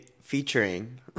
featuring